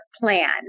plan